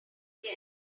again